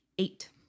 eight